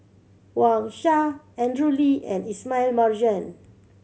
Wang Sha Andrew Lee and Ismail Marjan